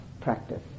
practice